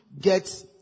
get